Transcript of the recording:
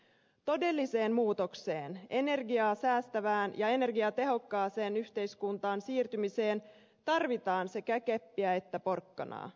todelliseen muutokseen energiaa säästävään ja energiatehokkaaseen yhteiskuntaan siirtymiseen tarvitaan sekä keppiä että porkkanaa